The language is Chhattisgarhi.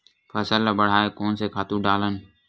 फसल ल बढ़ाय कोन से खातु डालन?